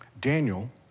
Daniel